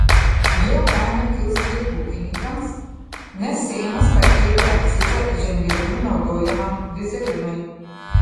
jo kaina kils ir ūkininkams nes seimas pakėlė akcizą žemdirbių naudojamam dyzelinui